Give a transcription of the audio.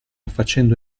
facendo